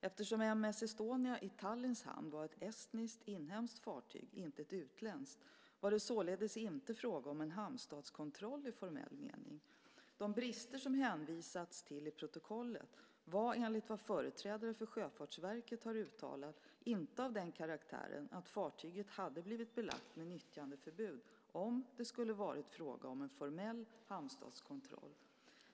Eftersom M/S Estonia i Tallinns hamn var ett estniskt inhemskt fartyg - inte ett utländskt - var det således inte fråga om en hamnstatskontroll i formell mening. De brister som det hänvisats till i protokollet var enligt vad företrädare för Sjöfartsverket har uttalat inte av den karaktären att fartyget hade blivit belagt med nyttjandeförbud om det skulle ha varit fråga om en formell hamnstatskontroll.